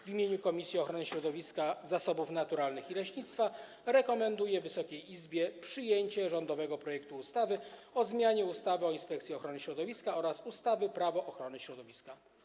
W imieniu Komisji Ochrony Środowiska, Zasobów Naturalnych i Leśnictwa rekomenduję Wysokiej Izbie przyjęcie rządowego projektu ustawy o zmianie ustawy o Inspekcji Ochrony Środowiska oraz ustawy Prawo ochrony środowiska.